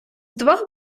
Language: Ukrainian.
двох